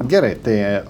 gerai tai